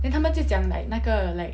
then 他们就讲 like 那个 like